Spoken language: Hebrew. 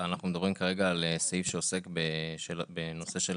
אנחנו מדברים כרגע על סעיף שעוסק בנושא של